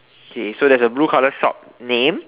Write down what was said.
okay so there's a blue colour shop name